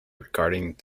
regarding